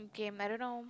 game I don't know